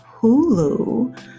Hulu